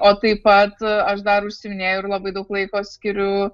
o taip pat aš dar užsiiminėju ir labai daug laiko skiriu